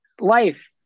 life